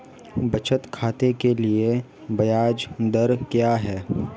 बचत खाते के लिए ब्याज दर क्या है?